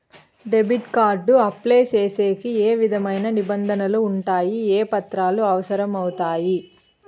Debit card apply సేసేకి ఏ విధమైన నిబంధనలు ఉండాయి? ఏ పత్రాలు అవసరం అవుతాయి?